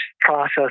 process